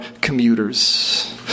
commuters